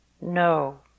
No